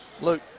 Luke